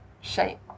shape